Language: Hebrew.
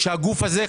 שהגוף הזה,